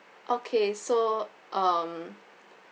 okay so um